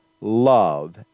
Love